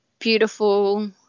beautiful